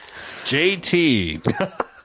jt